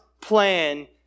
plan